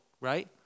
right